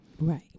Right